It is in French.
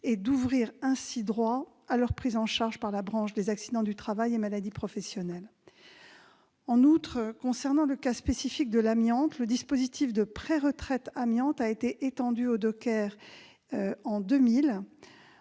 et d'ouvrir ainsi droit à leur prise en charge par la branche accidents du travail-maladies professionnelles. En outre, s'agissant spécifiquement de l'amiante, le dispositif de préretraite amiante a été étendu aux dockers en 2000.